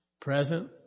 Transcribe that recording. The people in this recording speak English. Present